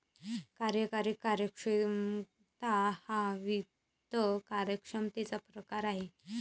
कार्यकारी कार्यक्षमता हा वित्त कार्यक्षमतेचा प्रकार आहे